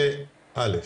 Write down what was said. זה א'.